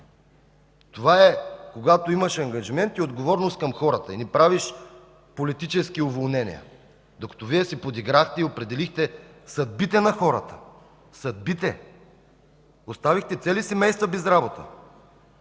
Това е, когато имаш ангажимент и отговорност към хората и не правиш политически уволнения. Докато Вие се подиграхте и определихте съдбите на хората. Оставихте цели семейства без работа.